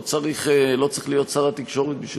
לא צריך להיות שר התקשורת בשביל זה.